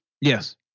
Yes